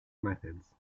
methods